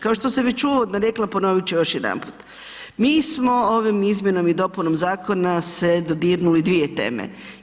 Kao što sam već uvodno rekla, ponovit ću još jedanput, mi smo ovim izmjenama i dopunama zakona se dodirnuli dvije teme.